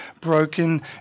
broken